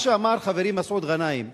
מה שאמר חברי מסעוד גנאים,